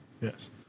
Yes